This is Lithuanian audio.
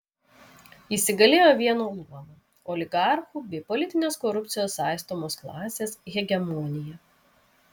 įsigalėjo vieno luomo oligarchų bei politinės korupcijos saistomos klasės hegemonija